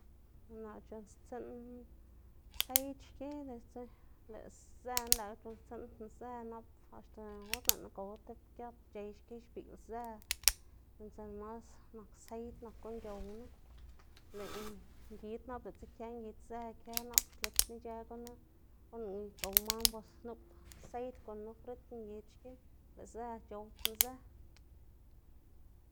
Naꞌ c̲h̲unnstsiꞌn seid xki diꞌltsa lëꞌ zëna lëꞌkga c̲h̲unnstsiꞌndná zë nap axta or lëꞌná gow tib giat pc̲h̲ey xki xbiꞌl zë, sinda mas nak seid nak guꞌn c̲h̲owná, lëꞌ ngid nap diꞌltsa kë ngid zë kë nap xlitná ic̲h̲ë gunu or lëꞌná gow man bos nup seid gunn- ná frit ngid xki, lëꞌ zë c̲h̲oowdná zë.